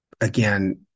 Again